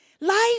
Life